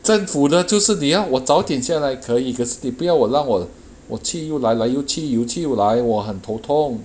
政府的就是你要我早点下来可以可是你不要我让我我去又来来又去又来我很头痛